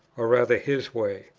or rather his way.